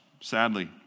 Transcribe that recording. sadly